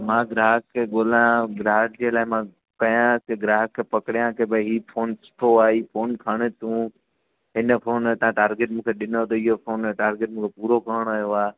मां ग्राहक खे ॻोल्हियां ग्राहक जे लाइ कयांसि ग्राहक खे पकड़ियां की भाई हीअ फ़ोन सुठो आहे हीअ फ़ोन खण तूं हिन फ़ोन तां टारगेट मूंखे ॾिनो अथई हिन फ़ोन तां टारगेट मूंखे पूरो करणो आहे